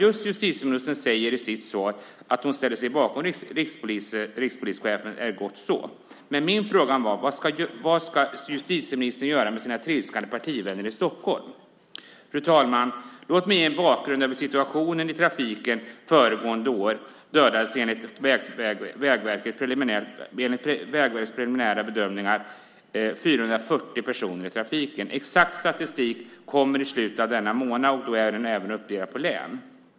Att justitieministern i sitt svar säger att hon ställer sig bakom rikspolischefen är bra. Min fråga var: Vad ska justitieministern göra med sina trilskande partivänner i Stockholm? Fru talman! Låt mig ge en bakgrundsbild av situationen i trafiken. Föregående år dödades enligt Vägverkets preliminära bedömningar 440 personer i trafiken. Exakt statistik kommer i slutet av denna månad. Den är då också uppdelad på län.